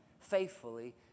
faithfully